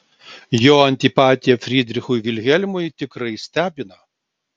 jo antipatija frydrichui vilhelmui tikrai stebina